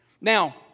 Now